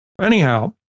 Anyhow